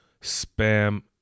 spam